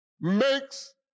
makes